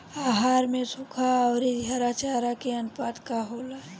आहार में सुखा औरी हरा चारा के आनुपात का होला?